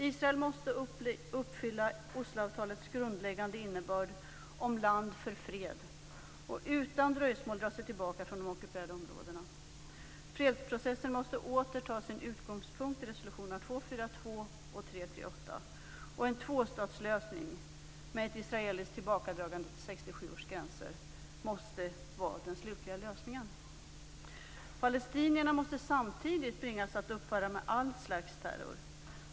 Israel måste uppfylla Osloavtalets grundläggande innebörd om land för fred och utan dröjsmål dra sig tillbaka från de ockuperade områdena. Fredsprocessen måste åter ta sin utgångspunkt i resolutionerna 242 och 338, och en tvåstadslösning med ett israeliskt tillbakadragande till 1967 års gränser måste vara den slutliga lösningen. Palestinierna måste samtidigt bringas att upphöra med allt slags terror.